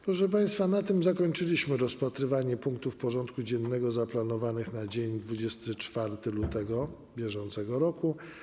Proszę państwa, na tym zakończyliśmy rozpatrywanie punktów porządku dziennego zaplanowanych na dzień 24 lutego br.